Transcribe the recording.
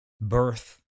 birth